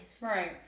Right